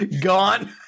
gone